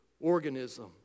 organism